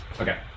Okay